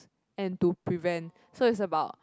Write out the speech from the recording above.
and to prevent so it's about